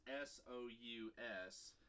S-O-U-S